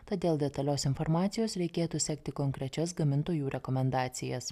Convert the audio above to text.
tad dėl detalios informacijos reikėtų sekti konkrečias gamintojų rekomendacijas